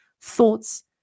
thoughts